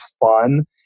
fun